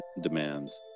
demands